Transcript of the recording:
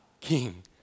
king